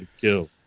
kill